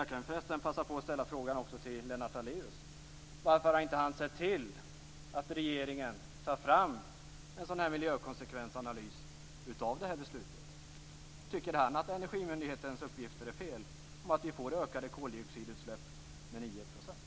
Jag kan förresten passa på att fråga Lennart Daléus: Varför har han inte sett till att regeringen tar fram en miljökonsekvensanalys av det här beslutet? Tycker han att energimyndighetens uppgifter om att vi får ökade koldioxidutsläpp med 9 % är fel?